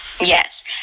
yes